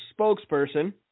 spokesperson